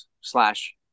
slash